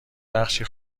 بخشی